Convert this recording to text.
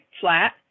flat